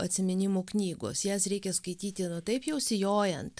atsiminimų knygos jas reikia skaityti nu taip jau sijojant